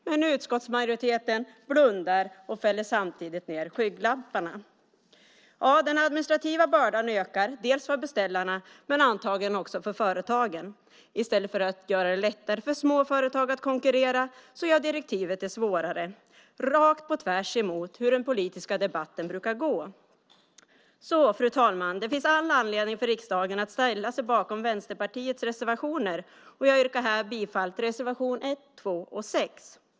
Men utskottsmajoriteten blundar och fäller samtidigt ned skygglapparna. Ja, den administrativa bördan ökar för beställarna men antagligen också för företagen. I stället för att göra det lättare för små företag att konkurrera gör direktivet det svårare, rakt på tvärs emot hur den politiska debatten brukar gå. Fru talman! Det finns alltså all anledning för riksdagen att ställa sig bakom Vänsterpartiets reservationer, och jag yrkar härmed bifall till reservationerna 1, 2 och 6.